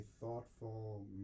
thoughtful